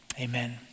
Amen